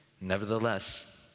Nevertheless